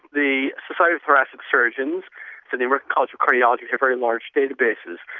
the society of thoracic surgeons and the american college of cardiology have very large databases.